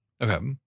Okay